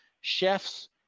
chefs